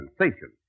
sensation